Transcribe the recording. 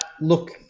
Look